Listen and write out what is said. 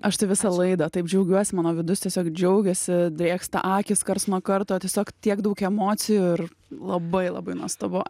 aš tai visą laiką taip džiaugiuosi mano vidus tiesiog džiaugiasi drėksta akys karts nuo karto tiesiog tiek daug emocijų ir labai labai nuostabu